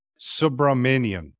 Subramanian